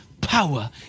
power